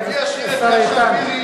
השר איתן.